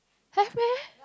have meh